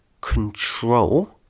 control